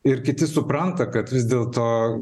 ir kiti supranta kad vis dėlto